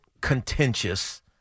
contentious